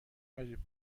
عجیب